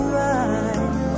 right